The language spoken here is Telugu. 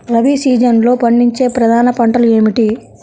రబీ సీజన్లో పండించే ప్రధాన పంటలు ఏమిటీ?